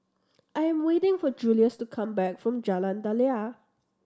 I am waiting for Julius to come back from Jalan Daliah